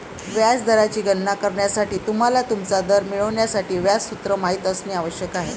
व्याज दराची गणना करण्यासाठी, तुम्हाला तुमचा दर मिळवण्यासाठी व्याज सूत्र माहित असणे आवश्यक आहे